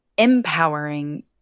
empowering